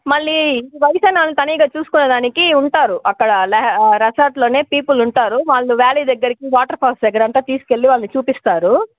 మళ్ళీ ఈ వయసైనా వాళ్ళని తనీగా చూసుకునే దానికి ఉంటారు అక్కడ లహ రెసార్ట్లోనే పీపుల్ ఉంటారు వాళ్ళని వ్యాలీ దగ్గరకి వాటర్ ఫాల్స్ దగ్గర అంతా తీసుకెళ్ళి వాళ్ళకి చూపిస్తారు